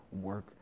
work